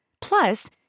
Plus